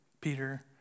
Peter